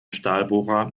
stahlbohrer